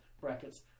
brackets